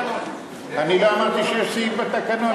אני לא אמרתי שיש סעיף בתקנון,